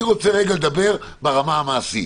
אני רוצה לדבר ברמה המעשית.